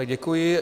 Děkuji.